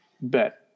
bet